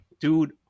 Dude